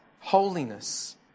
holiness